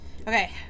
Okay